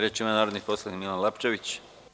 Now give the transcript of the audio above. Reč ima narodni poslanik Milan Lapčević.